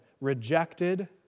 rejected